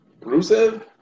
Rusev